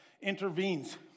intervenes